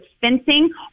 fencing